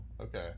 okay